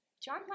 John